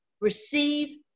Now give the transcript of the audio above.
receive